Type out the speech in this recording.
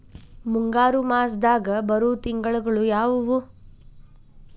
ಮುಂಗಾರು ಮಾಸದಾಗ ಬರುವ ತಿಂಗಳುಗಳ ಯಾವವು?